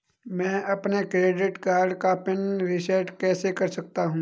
मैं अपने credit card का पिन रिसेट कैसे कर सकता हूँ?